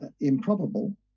improbable